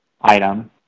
item